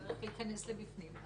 צריך להיכנס לפנים.